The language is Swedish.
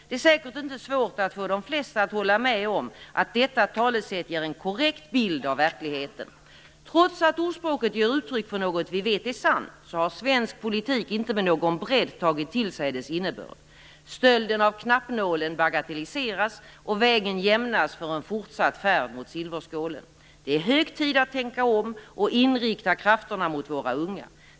Det är säkert inte svårt att få de flesta att hålla med om att detta talesätt ger en korrekt bild av verkligheten. Trots att ordspråket ger uttryck för något vi vet är sant har svensk politik inte med någon bredd tagit till sig dess innebörd. Stölden av knappnålen bagatelliseras, och vägen jämnas för en fortsatt färd mot silverskålen. Det är hög tid att tänka om, och inrikta krafterna mot våra unga.